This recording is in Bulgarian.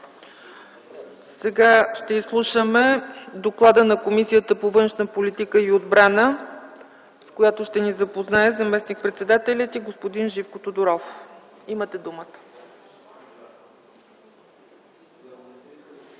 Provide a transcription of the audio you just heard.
Сега ще изслушаме Доклада на Комисията по външна политика и отбрана, с който ще ни запознае заместник-председателят й господин Живко Тодоров. Имате думата.